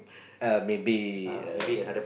err maybe um